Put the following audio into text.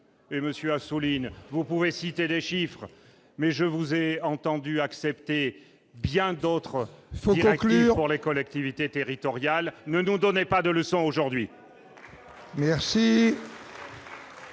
Et monsieur Assouline vous pouvez citer des chiffres, mais je vous ai entendu accepté bien d'autres, il faut conclure dans les collectivités territoriales ne donnez pas de leçons aujourd'hui. La